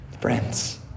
friends